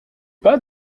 pas